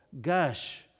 Gush